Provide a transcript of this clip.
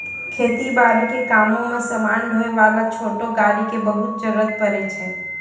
खेती बारी के कामों मॅ समान ढोय वाला छोटो गाड़ी के बहुत जरूरत पड़ै छै